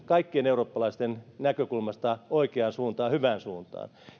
kaikkien eurooppalaisten näkökulmasta oikeaan suuntaan ja hyvään suuntaan